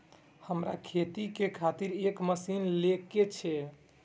हमरा खेती के खातिर एक मशीन ले के छे?